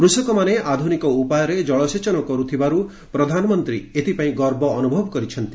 କୃଷକମାନେ ଆଧୁନିକ ଉପାୟରେ ଜଳସେଚନ କରୁଥିବାରୁ ପ୍ରଧାନମନ୍ତ୍ରୀ ଏଥିପାଇଁ ଗର୍ବ ଅନୁଭବ କରିଛନ୍ତି